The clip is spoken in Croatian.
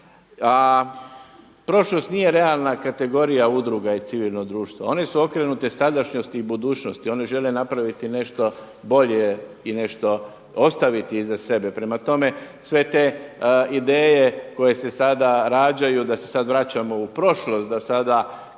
a prošlost nije realna kategorija udruga i civilnog društva. One su okrenute sadašnjosti i budućnosti. One žele napraviti nešto bolje i nešto ostaviti iza sebe. Prema tome, sve te ideje koje se sada rađaju, da se sada vraćamo u prošlost, da sada